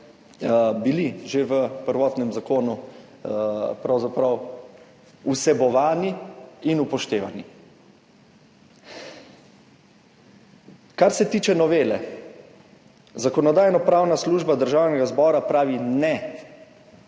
bili že v prvotnem zakonu pravzaprav vsebovani in upoštevani. Kar se tiče novele. Zakonodajno-pravna služba Državnega zbora pravi ne.